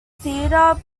theater